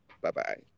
Bye-bye